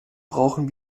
brauchen